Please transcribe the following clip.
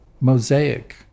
mosaic